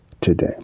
today